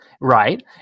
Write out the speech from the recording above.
Right